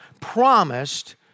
promised